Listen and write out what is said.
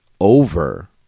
over